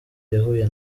yahuye